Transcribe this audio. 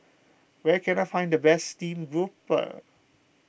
where can I find the best Steamed Grouper